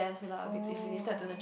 oh